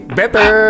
better